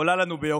עולה לנו ביוקר,